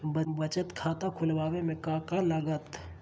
बचत खाता खुला बे में का का लागत?